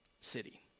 city